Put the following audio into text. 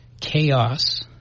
chaos